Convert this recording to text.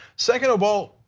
second of all,